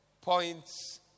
points